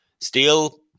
Steel